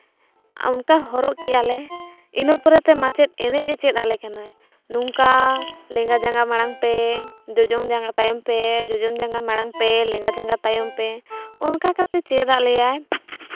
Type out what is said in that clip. ᱚᱱᱠᱟ ᱦᱚᱨᱚᱜ ᱠᱮᱫᱟᱞᱮ ᱤᱱᱟᱹ ᱯᱚᱨᱮᱛᱮ ᱢᱟᱪᱮᱫ ᱮᱱᱮᱡᱼᱮ ᱪᱮᱫ ᱟᱞᱮ ᱠᱟᱱᱟᱭ ᱱᱚᱝᱠᱟ ᱞᱮᱸᱜᱟ ᱡᱟᱸᱜᱟ ᱢᱟᱲᱟᱝ ᱯᱮ ᱡᱚᱡᱚᱢ ᱡᱟᱸᱜᱟ ᱛᱟᱭᱚᱢ ᱯᱮ ᱡᱚᱡᱚᱢ ᱡᱟᱸᱜᱟ ᱢᱟᱲᱟᱝ ᱯᱮ ᱞᱮᱸᱜᱟ ᱡᱟᱸᱜᱟ ᱛᱟᱭᱚᱢ ᱯᱮ ᱚᱱᱠᱟ ᱠᱟᱛᱮᱫ ᱪᱮᱫᱟᱜ ᱞᱮᱭᱟᱭ